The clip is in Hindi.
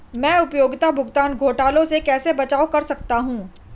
मैं उपयोगिता भुगतान घोटालों से कैसे बचाव कर सकता हूँ?